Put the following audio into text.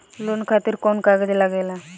Loan खातिर कौन कागज लागेला?